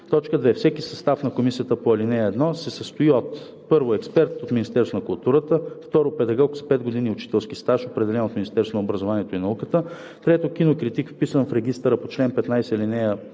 (2) Всеки състав на комисията по ал. 1 се състои от: 1. експерт от Министерството на културата; 2. педагог с 5 години учителски стаж, определен от Министерството на образованието и науката; 3. кинокритик, вписан в регистъра по чл. 15, ал. 1